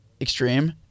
extreme